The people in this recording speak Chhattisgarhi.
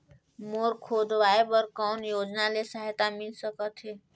बोर खोदवाय बर कौन योजना ले सहायता मिल सकथे?